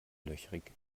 löchrig